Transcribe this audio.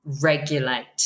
regulate